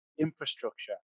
infrastructure